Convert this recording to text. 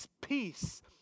peace